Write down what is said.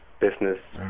business